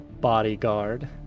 bodyguard